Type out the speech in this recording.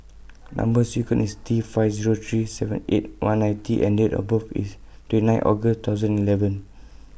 Number sequence IS T five Zero three seven eight one nine T and Date of birth IS twenty nine August two thousand eleven